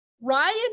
Ryan